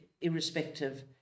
irrespective